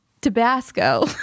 Tabasco